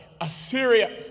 Assyria